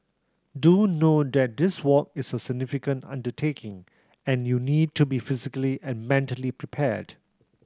do note that this walk is a significant undertaking and you need to be physically and mentally prepared